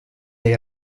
dei